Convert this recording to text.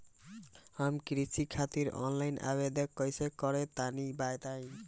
हम कृषि खातिर आनलाइन आवेदन कइसे करि तनि बताई?